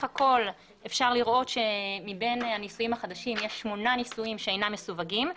הכול אפשר לראות שמבין הניסויים החדשים יש שמונה ניסויים שאינם מסווגים,